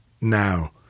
now